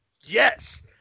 Yes